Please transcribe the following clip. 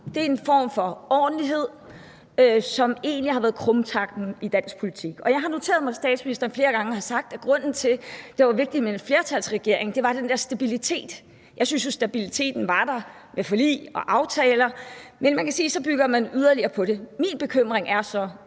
Det er en form for ordentlighed, som egentlig har været krumtappen i dansk politik. Jeg har noteret mig, at statsministeren flere gange har sagt, at grunden til, det var vigtigt med en flertalsregering, var den der stabilitet. Jeg synes jo, at stabiliteten var der med forlig og aftaler, men man kan sige, at så bygger man yderligere oven på det. Min bekymring er så,